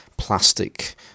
plastic